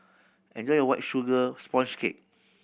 enjoy your White Sugar Sponge Cake